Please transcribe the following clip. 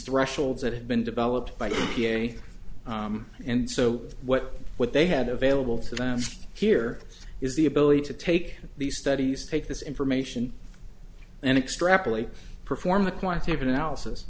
thresholds that have been developed by d n a and so what what they had available to them here is the ability to take these studies take this information and extrapolate perform a quantitative analysis